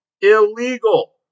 Illegal